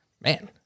man